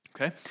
Okay